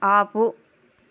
ఆపు